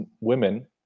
women